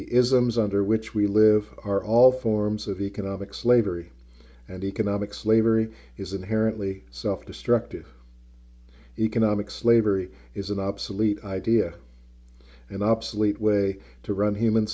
isms under which we live are all forms of economic slavery and economic slavery is inherently self destructive economic slavery is an obsolete idea an obsolete way to run human